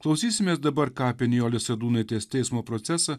klausysimės dabar ką apie nijolės sadūnaitės teismo procesą